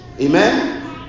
Amen